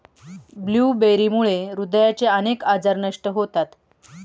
ब्लूबेरीमुळे हृदयाचे अनेक आजार नष्ट होतात